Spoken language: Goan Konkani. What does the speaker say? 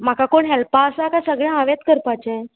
म्हाका कोण हेल्पा आसा काय सगळें हांवेंत येत करपाचें